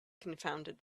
confounded